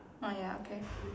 oh ya okay